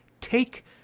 take